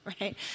right